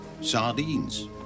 sardines